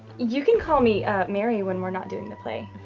you can call me mary when we're not doing the play.